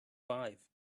five